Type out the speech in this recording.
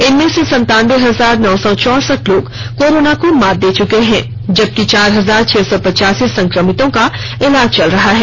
इनमें से संतान्बे हजार नौ सौ चौसठ लोग कोरोना को मात दे चुके हैं जबकि चार हजार छह सौ पचासी संक्रमितों का इलाज चल रहा है